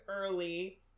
early